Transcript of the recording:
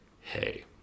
hey